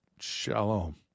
shalom